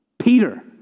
Peter